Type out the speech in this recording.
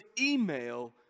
email